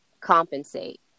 compensate